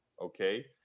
okay